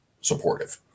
supportive